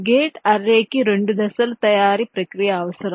gate అర్రేకి రెండు దశల తయారీ ప్రక్రియ అవసరం